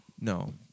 No